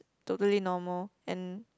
totally normal and